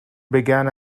began